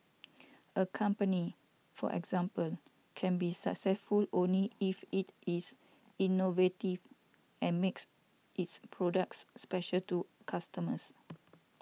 a company for example can be successful only if it is innovative and makes its products special to customers